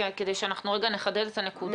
כדי שאנחנו נחדד את הנקודה,